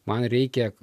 man reikia